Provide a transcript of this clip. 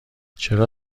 چرا